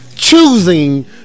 Choosing